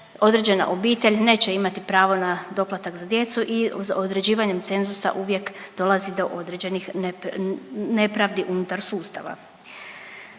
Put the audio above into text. Određena obitelj neće imati pravo na doplatak za djecu i određivanjem cenzusa uvijek dolazi do određenih nepravdi unutar sustava.